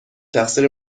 تقصیر